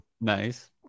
Nice